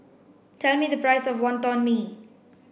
tell me the price of Wonton Mee